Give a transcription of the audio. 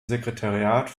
sekretariat